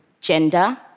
gender